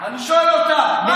אני לא רוצה לקרוא אותך עכשיו לסדר.